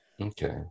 Okay